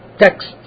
text